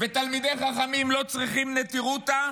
ותלמידי חכמים לא צריכי נטירוטא,